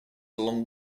along